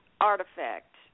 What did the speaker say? Artifact